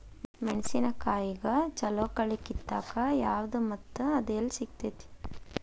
ಮೆಣಸಿನಕಾಯಿಗ ಛಲೋ ಕಳಿ ಕಿತ್ತಾಕ್ ಯಾವ್ದು ಮತ್ತ ಅದ ಎಲ್ಲಿ ಸಿಗ್ತೆತಿ?